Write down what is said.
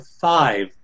five